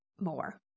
more